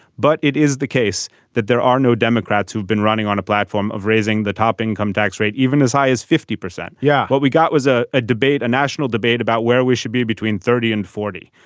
but it is the case that there are no democrats who've been running on a platform of raising the top income tax rate even as high as fifty percent yeah. what we got was ah a debate a national debate about where we should be between thirty and forty.